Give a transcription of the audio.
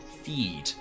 feed